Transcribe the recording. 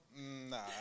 Nah